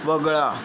वगळा